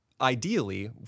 ideally